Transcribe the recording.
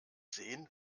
sehen